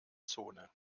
zone